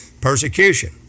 persecution